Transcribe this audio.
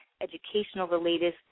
educational-related